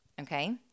okay